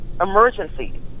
emergency